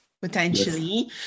Potentially